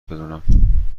بدونم